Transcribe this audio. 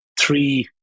three